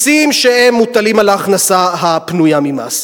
מסים שמוטלים על ההכנסה הפנויה ממס.